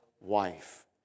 wife